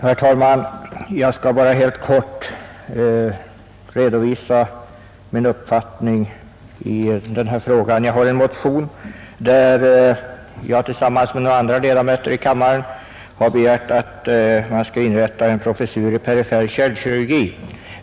Herr talman! Jag skall bara helt kort redovisa min uppfattning i den här frågan. Jag har i en motion tillsammans med några andra ledamöter av kammaren begärt att man skall inrätta en professur i perifer kärlkirurgi.